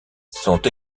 sont